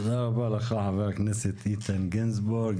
תודה רבה לך חבר הכנסת איתן גינזבורג.